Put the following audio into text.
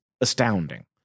astounding